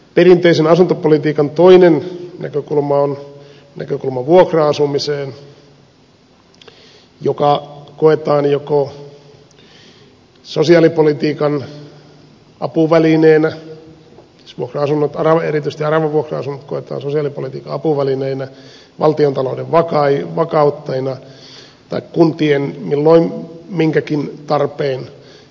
perinteisen asuntopolitiikan toinen näkökulma on näkökulma vuokra asumiseen joka koetaan joko sosiaalipolitiikan apuvälineenä erityisesti aravavuokra asunnot koetaan sosiaalipolitiikan apuvälineinä valtiontalouden vakauttajina tai kuntien milloin minkäkin tarpeen tyydyttäjinä